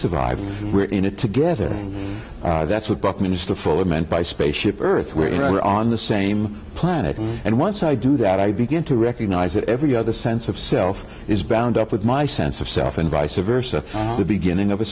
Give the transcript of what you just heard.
survive we're in it together that's what buckminster fuller meant by spaceship earth we're on the same planet and once i do that i begin to recognize that every other sense of self is bound up with my sense of self and vice a versa the beginning of a